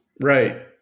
Right